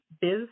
biz